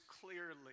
clearly